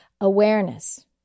awareness